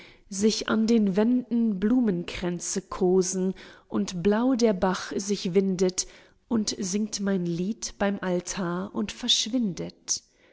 sich an den wänden blumenkränze kosen und blau der bach sich windet und singt sein lied beim altar und verschwindet